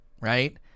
right